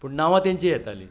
पूण नांवां तांचीं येतालीं